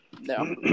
No